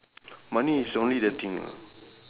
money is only the thing ah